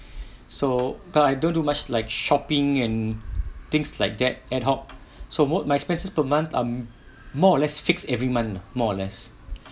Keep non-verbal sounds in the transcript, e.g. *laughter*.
*breath* so I don't do much like shopping and things like that ad hoc so mo~ my expenses per month I'm more or less fixed every month more or less